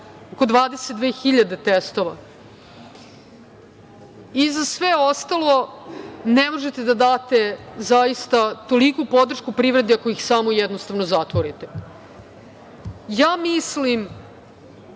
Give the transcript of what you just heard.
oko 22.000 testova i za sve ostalo, ne možete da date zaista toliku podršku privrede ako ih samo jednostavno zatvorite. Mislim